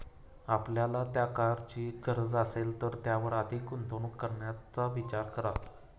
आपल्याला त्या कारची गरज असेल तरच त्यावर अधिक गुंतवणूक करण्याचा विचार करा